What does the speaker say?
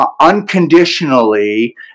unconditionally